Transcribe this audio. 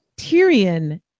Tyrion